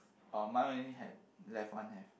oh my only have left one have